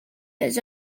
his